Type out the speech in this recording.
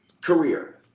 career